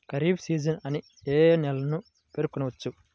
Kharif season అని ఏ ఏ నెలలను పేర్కొనవచ్చు?